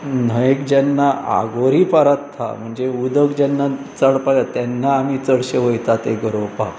न्हंयेक जेन्ना आगोरी परातथा म्हणजे उदक जेन्ना चडपा येता तेन्ना आमी चडशे वता ते गरोवपाक